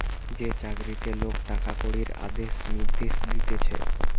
যে চাকরিতে লোক টাকা কড়ির আদেশ নির্দেশ দিতেছে